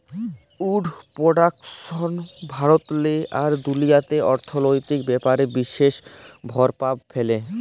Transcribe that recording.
would পরডাকশল ভারতেল্লে আর দুনিয়াল্লে অথ্থলৈতিক ব্যাপারে বিশেষ পরভাব ফ্যালে